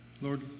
Lord